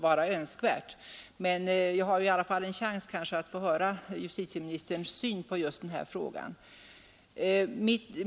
Men jag har kanske i alla fall en chans att få en förklaring från herr justitieministern.